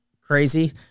crazy